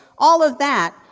all of that,